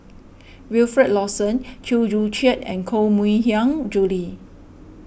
Wilfed Lawson Chew Joo Chiat and Koh Mui Hiang Julie